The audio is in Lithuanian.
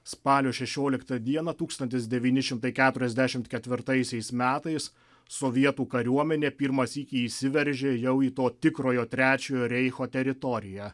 spalio šešioliktą dieną tūkstantis devyni šimtai keturiasdešimt ketvirtaisiais metais sovietų kariuomenė pirmą sykį įsiveržė jau į to tikrojo trečiojo reicho teritoriją